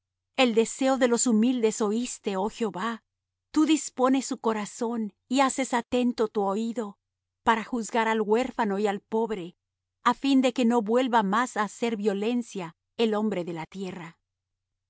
el deseo de los humildes oíste oh jehová tú dispones su corazón y haces atento tu oído para juzgar al huérfano y al pobre a fin de que no vuelva más á hacer violencia el hombre de la tierra al